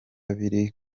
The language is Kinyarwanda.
biri